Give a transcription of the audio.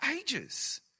ages